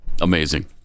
Amazing